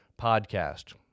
podcast